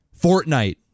Fortnite